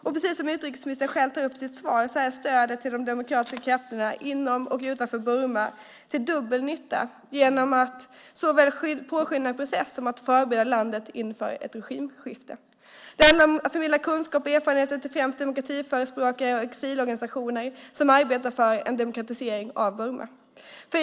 Och precis som utrikesministern själv tar upp i sitt svar är stödet till de demokratiska krafterna inom och utanför Burma till dubbel nytta genom att det såväl påskyndar en process som förbereder landet för ett regimskifte. Det handlar om att förmedla kunskaper och erfarenheter till främst demokratiförespråkare och exilorganisationer som arbetar för en demokratisering av Burma.